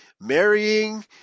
marrying